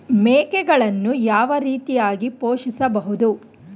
ಮೇಕೆಗಳನ್ನು ಯಾವ ರೀತಿಯಾಗಿ ಪೋಷಿಸಬಹುದು?